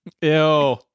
Ew